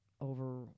over